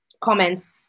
comments